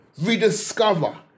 rediscover